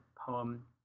poem